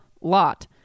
lot